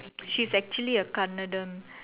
she's actually a Kannadam